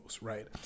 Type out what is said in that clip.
right